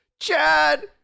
Chad